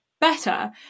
better